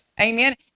Amen